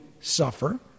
suffer